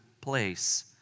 place